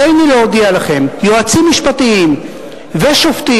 הריני להודיע לכם, יועצים משפטיים ושופטים,